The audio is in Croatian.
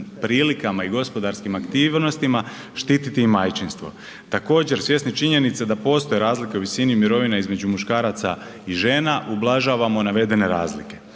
prilikama i gospodarskim aktivnostima štititi majčinstvo. Također svjesni činjenice da postoje razlike u visini mirovine između muškaraca i žena ublažavamo navedene razlike.